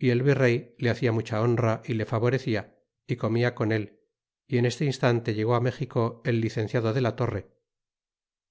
y el virrey le hacia mucha honra y le favorecia y comia con él y en este instante llegó méxico el licenciado de la torre